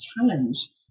challenge